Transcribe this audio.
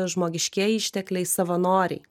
žmogiškieji ištekliai savanoriai